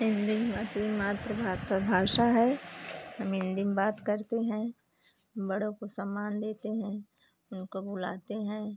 हिंदी हमारी मातृभाषा भाषा है हम हिंदी में बात करते हैं बड़ों को सम्मान देते हैं उनको बुलाते हैं